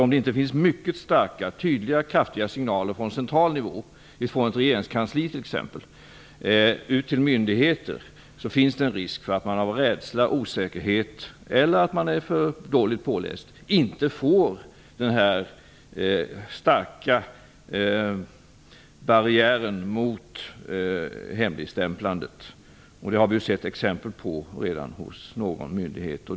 Om det inte finns mycket starka, tydliga och kraftiga signaler från central nivå - från ett regeringskansli t.ex. - ut till myndigheter, är det risk att man på grund av rädsla eller osäkerhet eller på grund av att man är för dåligt påläst inte får någon stark barriär mot hemligstämplandet. Det har vi redan sett exempel på hos någon myndighet.